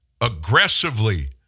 aggressively